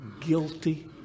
guilty